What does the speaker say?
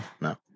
no